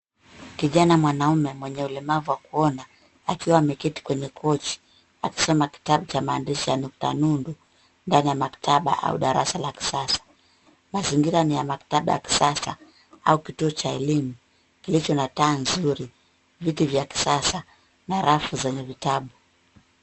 Kijana mwanaume mwenye ulemavu wa kuona akiwa ameketi kwenye kochi akisoma kitabu cha maandishi ya nukta nundu ndani ya maktaba au darasa la kisasa. Mazingira ni ya maktaba ya kisasa au kituo cha elimu kilicho na taa nzuri, viti vya kisasa na rafu zenye vitabu.